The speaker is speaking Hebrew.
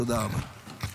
תודה רבה.